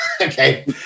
okay